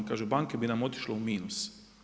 Kaže banke bi nam otišle u minus.